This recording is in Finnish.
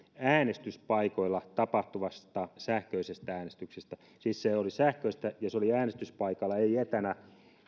äänestyspaikoilla tapahtuvasta sähköisestä äänestyksestä siis se oli sähköistä ja se oli äänestyspaikalla ei etänä